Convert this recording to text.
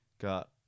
got